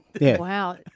Wow